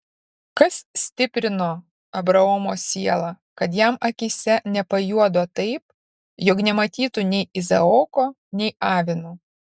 kas stiprino abraomo sielą kad jam akyse nepajuodo taip jog nematytų nei izaoko nei avino